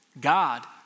God